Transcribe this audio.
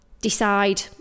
decide